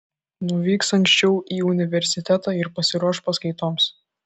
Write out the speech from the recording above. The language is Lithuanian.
nuvyks anksčiau į universitetą ir pasiruoš paskaitoms